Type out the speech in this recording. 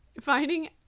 Finding